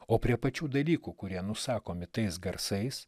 o prie pačių dalykų kurie nusakomi tais garsais